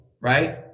right